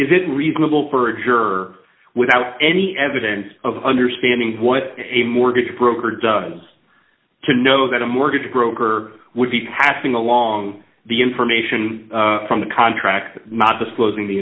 it reasonable for a juror without any evidence of understanding what a mortgage broker does to know that a mortgage broker would be passing along the information from the contract not disclosing the